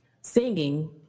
singing